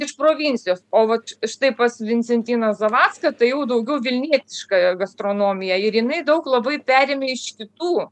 iš provincijos o vat štai pas vincentiną zavadską tai jau daugiau vilnietiška gastronomija ir jinai daug labai perėmė iš kitų